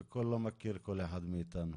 תציגי.